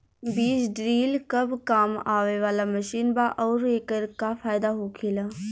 बीज ड्रील कब काम आवे वाला मशीन बा आऊर एकर का फायदा होखेला?